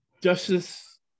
Justice